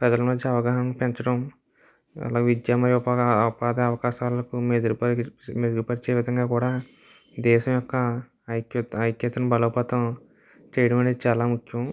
ప్రజల మధ్య అవగాహన పెంచడం అలా విద్య మరియు ఉపాధి అవకాశాలను మెరుగు పరచడం పరిచే విధంగా కూడా దేశం యొక్క ఐక్యతను బలోపేతం చేయడమనేది చాలా ముఖ్యం